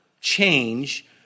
change